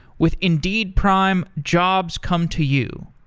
with indeed prime, jobs come to you.